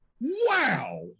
Wow